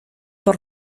por